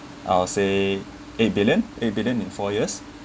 I'll say a billion a billion in four years